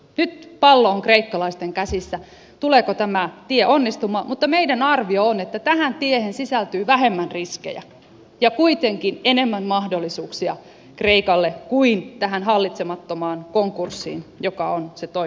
nyt pallo on kreikkalaisten käsissä tuleeko tämä tie onnistumaan mutta meidän arviomme on että tähän tiehen sisältyy vähemmän riskejä ja kuitenkin enemmän mahdollisuuksia kreikalle kuin hallitsemattomaan konkurssiin joka on se toinen vaihtoehto